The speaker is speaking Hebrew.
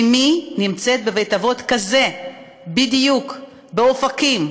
אמי נמצאת בבית-אבות כזה בדיוק, באופקים.